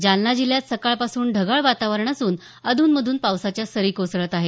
जालना जिल्ह्यात सकाळपासून ढगाळ वातावरण असून अधूनमधून पावसाच्या सरी कोसळत आहेत